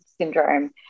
syndrome